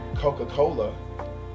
Coca-Cola